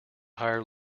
higher